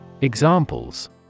Examples